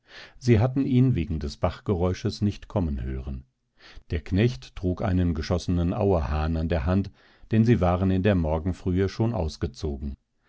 sie hatten ihn wegen des bachgeräusches nicht kommen hören der knecht trug einen geschossenen auerhahn an der hand denn sie waren in der morgenfrühe schon ausgezogen